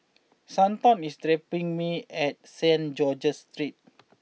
Stanton is dropping me at Saint George's Street